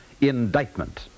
indictment